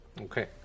Okay